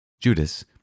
Judas